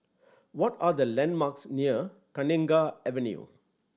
what are the landmarks near Kenanga Avenue